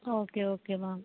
okay okay ma'am